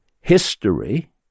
history